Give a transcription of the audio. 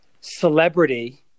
celebrity